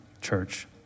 church